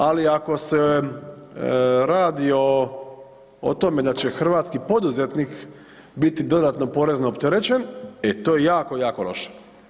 Ali ako se radi o, o tome da će hrvatski poduzetnik biti dodatno porezno opterećen, e to je jako, jako loše.